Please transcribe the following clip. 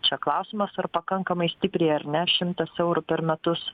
čia klausimas ar pakankamai stipriai ar ne šimtas eurų per metus